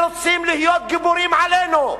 רוצים להיות גיבורים עלינו,